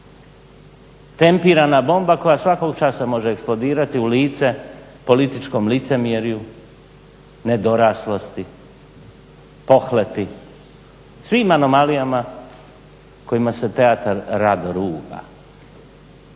tempirana bomba koja svakog časa može eksplodirati u lice političkom licemjerju, nedoraslosti, pohlepi, svim anomalijama kojima se teatar rado ruga.